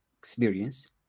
experience